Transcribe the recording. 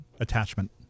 attachment